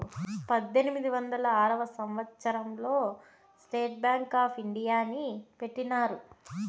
పద్దెనిమిది వందల ఆరవ సంవచ్చరం లో స్టేట్ బ్యాంక్ ఆప్ ఇండియాని పెట్టినారు